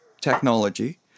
technology